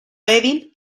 evil